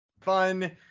fun